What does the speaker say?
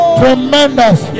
tremendous